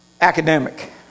academic